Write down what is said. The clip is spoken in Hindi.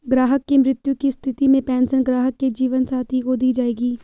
ग्राहक की मृत्यु की स्थिति में पेंशन ग्राहक के जीवन साथी को दी जायेगी